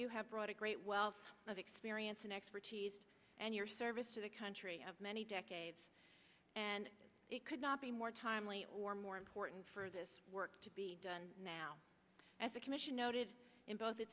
you have brought a great wealth of experience and expertise and your service to the country of many decades and it could not be more timely or more important for this work to be done now as the commission noted in both